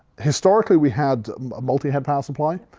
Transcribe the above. historically we had a multi head power supply.